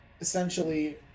essentially